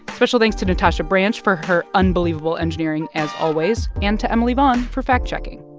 special thanks to natasha branch for her unbelievable engineering, as always, and to emily vaughn for fact-checking.